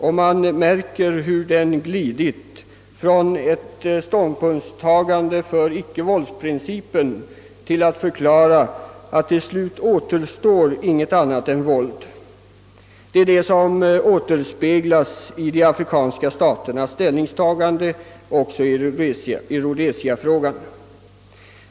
Tidigare hyllade man där icke-våldprincipen, men nu sägs det allt oftare att till slut återstår ingenting annat än våld. Denna inställning återspeglas även i de afrikanska staternas ståndpunktstagande i Rhodesia-frågan.